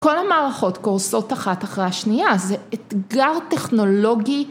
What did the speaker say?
כל המערכות קורסות אחת אחרי השנייה זה אתגר טכנולוגי.